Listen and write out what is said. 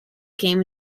came